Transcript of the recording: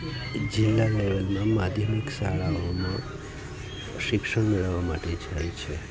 જેના લેવલમાં માધ્યમિક શાળાઓમાં શિક્ષણ મેળવવા માટે જાય છે